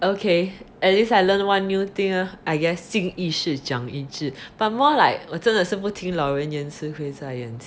okay at least I learn new thing ah I guess 经一事长一智 but more like 我真的是不听老人言吃亏在眼前 lah